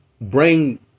bring